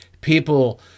people